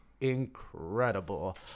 incredible